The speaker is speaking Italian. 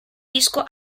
disco